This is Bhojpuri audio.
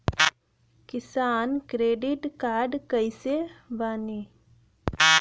किसान क्रेडिट कार्ड कइसे बानी?